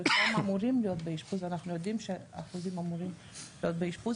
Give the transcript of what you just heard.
חלקם אמורים להיות באשפוז אנחנו יודעים שאחדים אמורים להיות באשפוז.